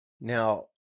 Now